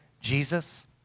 Jesus